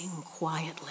quietly